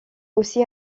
aussi